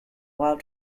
while